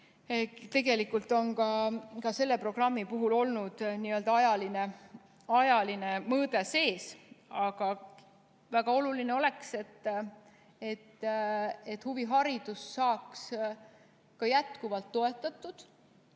programmist. Selle programmi puhul on olnud ajaline mõõde sees. Aga väga oluline oleks, et huviharidus saaks jätkuvalt toetatud,